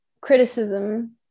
criticism